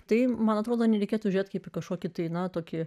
tai man atrodo nereikėtų žiūrėti kaip į kažkokį tuiną tokį